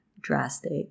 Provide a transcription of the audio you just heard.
drastic